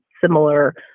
similar